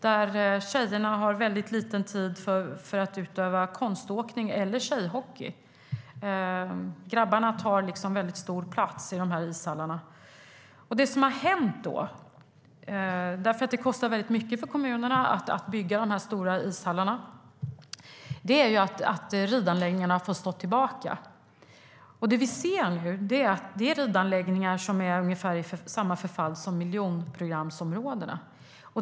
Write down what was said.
Där har tjejerna väldigt lite tid för att utöva konståkning eller tjejhockey. Grabbarna tar väldigt stor plats i ishallarna. Det kostar väldigt mycket för kommunerna att bygga de stora ishallarna. Det som har hänt är att ridanläggningarna har fått stå tillbaka. Det vi nu ser är ridanläggningar i ungefär samma förfall som miljonprogramsområdena.